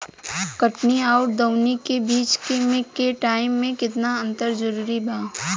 कटनी आउर दऊनी के बीच के टाइम मे केतना अंतर जरूरी बा?